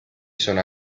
sono